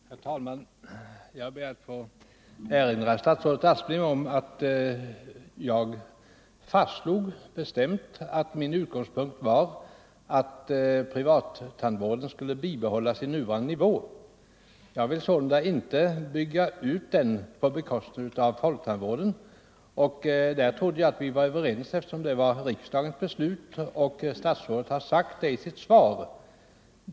Herr talman! Jag ber att få erinra statsrådet Aspling om att jag bestämt fastslog att min utgångspunkt var att privattandvården skall bibehållas vid nuvarande nivå. Jag vill sålunda inte bygga ut den på bekostnad av folktandvården. Där trodde jag att vi var överens, eftersom det var riksdagens beslut och statsrådet har sagt det i sitt svar.